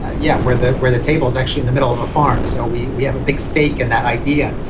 yeah. where that where the tables actually in the middle of a farm. so we we have a thick steak and that idea.